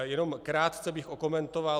Jenom krátce bych okomentoval.